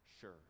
sure